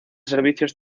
servicios